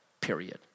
period